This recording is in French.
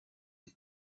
est